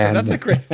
yeah that's a great,